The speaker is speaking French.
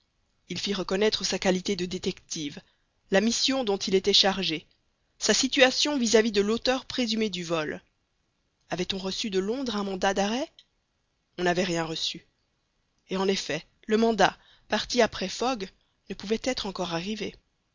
il fit reconnaître sa qualité de détective la mission dont il était chargé sa situation vis-à-vis de l'auteur présumé du vol avait-on reçu de londres un mandat d'arrêt on n'avait rien reçu et en effet le mandat parti après fogg ne pouvait être encore arrivé